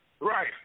Right